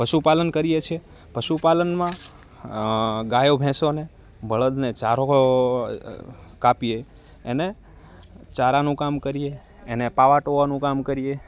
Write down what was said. પશુ પાલન કરીએ છીએ પશુ પાલનમાં ગાયો ભેંસોને બળદને ચારવો કાપીએ એને ચારાનું કામ કરીએ એને પાવા ટોવાનું કામ કરીએ